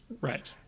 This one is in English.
Right